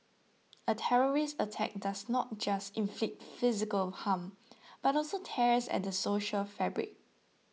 a terrorist attack does not just inflict physical harm but also tears at the social fabric